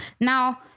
Now